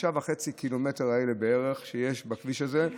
ב-5.5 ק"מ האלה בערך שיש בכביש הזה,